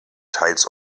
teils